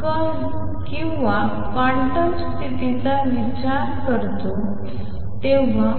कण किंवा क्वांटम स्तिथीचा विचार करतो तेव्हा